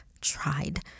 tried